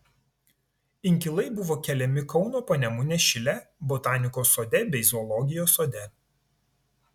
inkilai buvo keliami kauno panemunės šile botanikos sode bei zoologijos sode